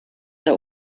der